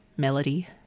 Melody